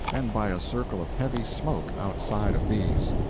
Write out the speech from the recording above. and by a circle of heavy smoke outside of these.